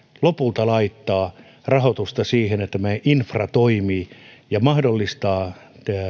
lopulta laittaa rahoitusta siihen että meidän infra toimii ja mahdollistaa